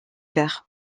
vert